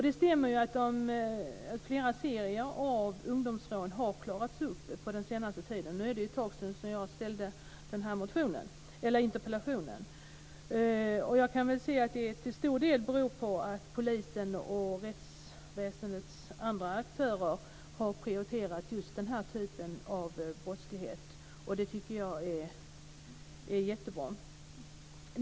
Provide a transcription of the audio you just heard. Det stämmer att flera serier av ungdomsrån har klarats upp på den senaste tiden - nu är det ett tag sedan jag väckte interpellationen - och jag kan se att det beror på att polisen och rättsväsendets andra aktörer har prioriterat den typen av brottslighet. Det är jättebra.